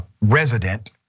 resident